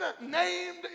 named